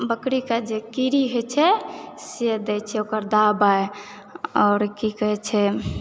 बकरीके जे कीड़ी होइ छै से दै छै ओकर दबाइ आओर की कहै छै